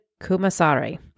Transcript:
Kumasari